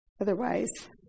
Otherwise